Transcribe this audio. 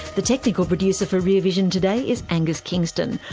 the technical producer for rear vision today is angus kingston.